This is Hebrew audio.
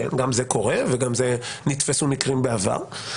גם זה קורה ונתפסו מקרים בעבר.